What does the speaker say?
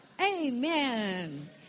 Amen